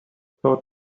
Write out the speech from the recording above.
thought